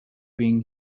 being